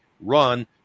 run